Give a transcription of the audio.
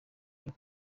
ryo